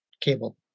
cable